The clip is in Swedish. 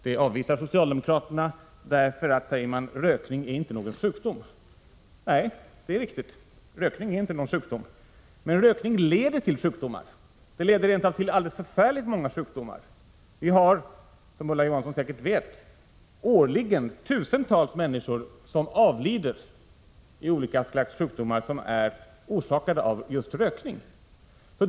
Detta avvisar socialdemokraterna, därför att rökning inte är någon sjukdom, som man säger. Nej, det är riktigt — men rökning leder till sjukdomar, rent av till alldeles förfärligt många sjukdomar. Som Ulla Johansson säkert vet avlider årligen tusentals människor i olika slags sjukdomar som är orsakade av just rökning.